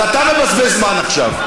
אז אתה מבזבז זמן עכשיו.